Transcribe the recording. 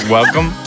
Welcome